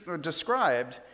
described